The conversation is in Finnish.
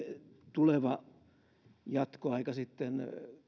tuleva jatkoaika sitten